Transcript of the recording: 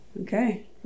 okay